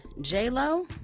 J-Lo